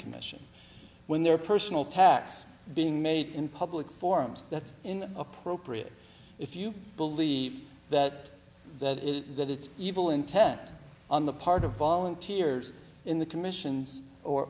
commission when their personal tax being made in public forums that's in appropriate if you believe that that is that it's evil intent on the part of volunteers in the commission